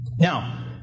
Now